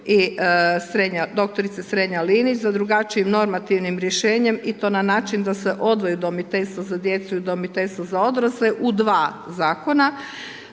i doktorica Strenja Linić, za drugačijim normativnim rješenjem i to na način da se odvoji udomiteljstvo za djecu i udomiteljstvo za odrasle u 2 Zakona.